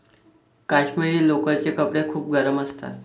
काश्मिरी लोकरचे कपडे खूप गरम असतात